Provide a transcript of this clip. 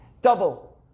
double